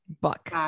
book